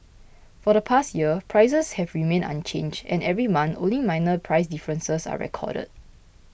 for the past year prices have remained unchanged and every month only minor price differences are recorded